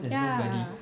ya